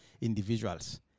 individuals